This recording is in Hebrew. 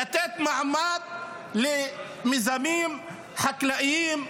לתת מעמד למיזמים חקלאיים,